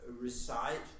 recite